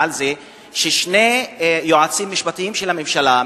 על זה ששני יועצים משפטיים של הממשלה,